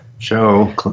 Show